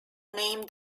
named